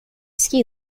ski